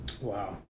Wow